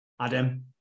Adam